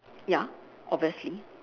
ya obviously